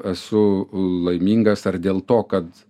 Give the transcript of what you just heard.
esu laimingas ar dėl to kad